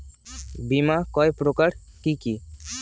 বীমা কয় প্রকার কি কি?